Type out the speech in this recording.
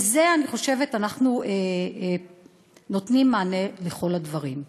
בזה, אני חושבת, אנחנו נותנים מענה לכל הדברים.